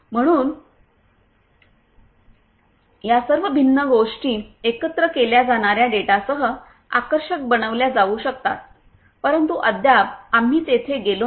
म्हणून या सर्व भिन्न गोष्टी एकत्र केल्या जाणार्या डेटासह आकर्षक बनविल्या जाऊ शकतात परंतु अद्याप आम्ही तेथे गेलो नाही